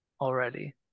already